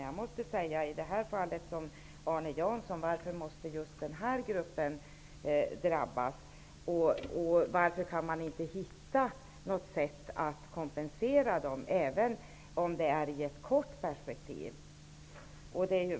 Jag måste i det här fallet säga som Arne Jansson: Varför måste just den här gruppen pensionärer drabbas? Kan man inte hitta något sätt att kompensera dem, även om det skulle vara i ett kort perspektiv?